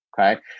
okay